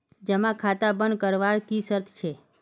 जमा खाता बन करवार की शर्त छे?